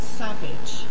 savage